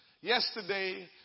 Yesterday